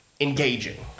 engaging